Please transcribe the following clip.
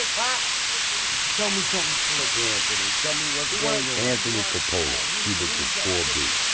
ah but tell me something slick, anthony. tell me what's going on. anthony coppola, cubicle four b.